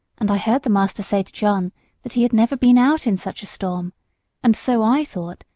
and i heard the master say to john that he had never been out in such a storm and so i thought,